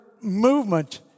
movement